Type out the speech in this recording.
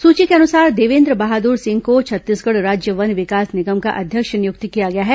सूची के अनुसार देवेन्द्र बहादुर सिंह को छत्तीसगढ़ राज्य वन विकास निगम का अध्यक्ष नियुक्त किया गया है